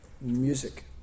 music